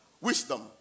Wisdom